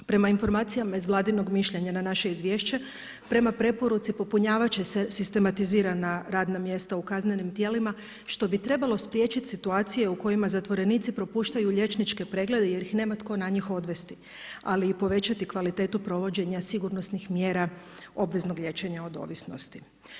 Prema informacijama iz vladinog mišljenja na naše izvješće, prema preporuci, popunjavati će se sistematizirana radna mjesta u kaznenim tijelima, a što bi trebalo spriječiti situacije, u kojima zatvorenici propuštaju liječničke preglede, jer ih nema tko na njih odvesti, ali i povećati kvalitetu provođenja sigurnosnih mjera obveznog liječenja od ovisnosti.